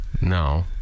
No